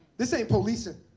this ain't policing.